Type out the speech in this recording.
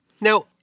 Now